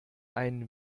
ein